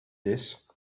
this